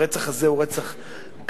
הרצח הזה הוא רצח קשה,